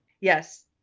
Yes